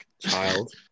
child